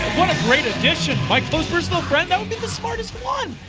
what a great addition my close personal friend! that would be the smartest one!